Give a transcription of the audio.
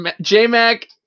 J-Mac